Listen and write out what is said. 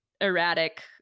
erratic